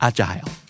Agile